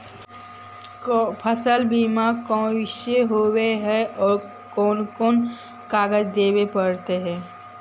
फसल बिमा कैसे होब है और कोन कोन कागज देबे पड़तै है?